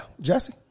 Jesse